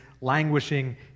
languishing